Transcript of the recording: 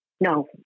no